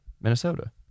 Minnesota